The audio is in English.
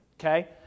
okay